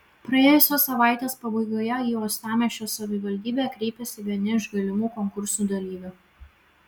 praėjusios savaitės pabaigoje į uostamiesčio savivaldybę kreipėsi vieni iš galimų konkursų dalyvių